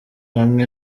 hamwe